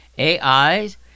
AIs